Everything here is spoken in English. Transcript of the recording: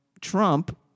Trump